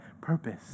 purpose